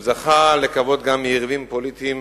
הוא זכה לכבוד גם מיריבים פוליטיים